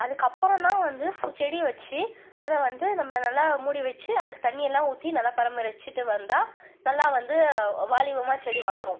அதுக்கு அப்புறம் தான் வந்து செடி வச்சு அதை வந்து நம்ம நல்லா மூடி வச்சு அதுக்கு தண்ணி எல்லாம் ஊற்றி நல்லா பராமரித்துட்டு வந்தால் நல்லா வந்து வாலிபமாக செடி வளரும்